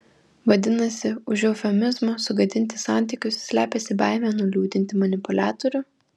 vadinasi už eufemizmo sugadinti santykius slepiasi baimė nuliūdinti manipuliatorių